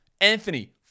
Anthony